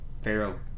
Pharaoh